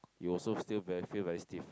you also still very feel very stiff